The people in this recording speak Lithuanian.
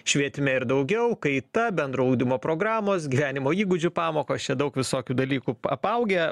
švietime ir daugiau kaita bendro ugdymo programos gyvenimo įgūdžių pamokos čia daug visokių dalykų apaugę